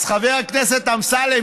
אז חבר הכנסת אמסלם